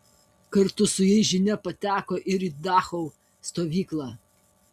kartu su jais žinia pateko ir į dachau stovyklą